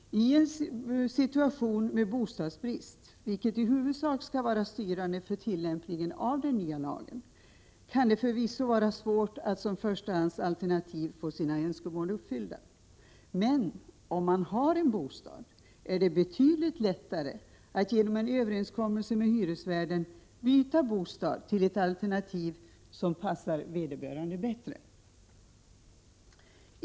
I en situation med bostadsbrist, vilket i huvudsak skall vara styrande för tillämpning av den nya lagen, kan det förvisso vara svårt att som förstahandsalternativ få sina önskemål uppfyllda. Men om man har en bostad, är det betydligt lättare att genom en överenskommelse med hyresvärden byta bostad till ett alternativ som passar vederbörande bättre.